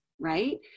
right